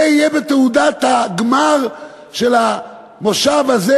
זה יהיה בתעודת הגמר של המושב הזה,